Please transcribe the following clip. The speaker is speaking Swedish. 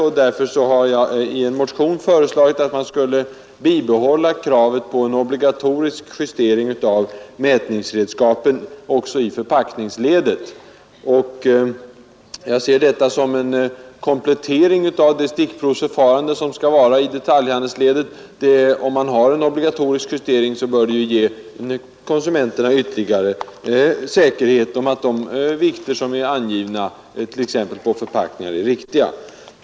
Jag har därför i en motion föreslagit att man skulle bibehålla kravet på obligatorisk justering av mätningsredskapen i förpackningsledet. Jag ser detta som en komplettering av det stickprovsförfarande, som skall förekomma i detaljhandelsledet. En obligatorisk justering bör ge konsumenterna ytterligare säkerhet om att de viktuppgifter som är angivna på t.ex. förpackningar är riktiga.